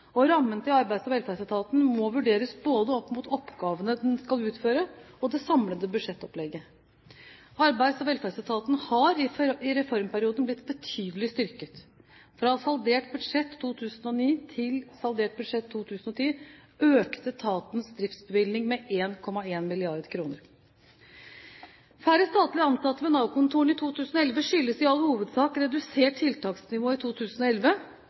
og rammen til Arbeids- og velferdsetaten må vurderes opp mot både oppgavene den skal utføre, og det samlede budsjettopplegget. Arbeids- og velferdsetaten har i reformperioden blitt betydelig styrket. Fra saldert budsjett 2009 til saldert budsjett 2010 økte etatens driftsbevilgning med 1,1 mrd. kr. Færre statlig ansatte ved Nav-kontorene i 2011 skyldes i all hovedsak redusert tiltaksnivå i 2011.